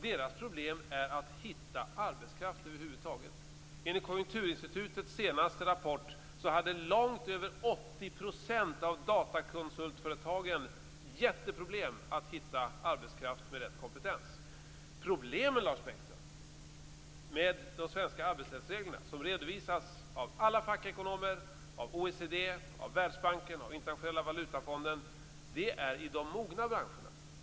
Deras problem är att det är svårt att över huvud taget hitta arbetskraft. Enligt Konjunkturinstitutets senaste rapport hade långt över 80 % av datakonsultföretagen stora problem med att hitta arbetskraft med rätt kompetens. Lars Bäckström! Problemen med de svenska arbetsrättsreglerna, som redovisas av alla fackekonomer, OECD, Världsbanken och Internationella valutafonden, finns i de mogna branscherna.